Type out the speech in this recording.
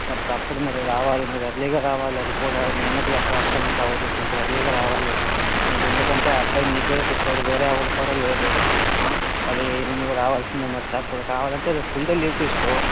మరీ తప్పదు మరి రావాలి మరీ ఎర్లీ గా రావాలి అది కూడా నైన్ ఓ క్లాక్ వస్తానంటే అవ్వదు కొంచెం ఎర్లీ గా రావాలి మరీ ఎందుకంటే ఆ అబ్బాయి నీ పేరే చెప్పాడు వేరే ఎవరుకూడా లేరు మరి నువ్వు రావల్సిందే మరీ తప్పదు కావాలంటే రేపు ఫుల్ డే లీవ్ తీసుకో